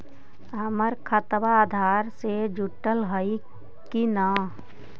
हमर खतबा अधार से जुटल हई कि न?